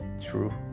true